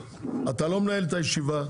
אתה לא מנהל את הישיבה,